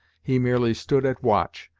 he merely stood at watch,